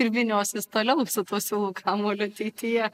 ir vyniosis toliau tuo siūlų kamuoliu ateityje